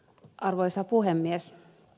arvoisa puhemies